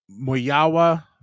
Moyawa